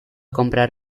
comprar